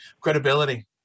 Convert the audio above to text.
credibility